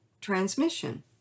transmission